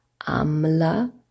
Amla